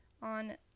On